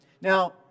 Now